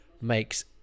makes